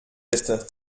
bitte